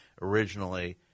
originally